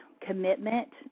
commitment